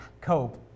cope